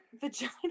vagina